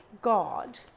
God